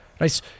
Nice